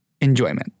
enjoyment